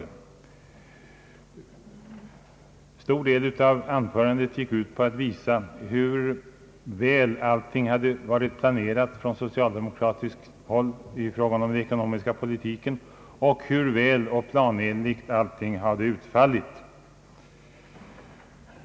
En stor del av hans anförande gick ut på att visa hur väl allting hade varit planerat från socialdemokratiskt håll i fråga om den socialdemokratiska politiken och hur väl och planenligt allting hade utfallit.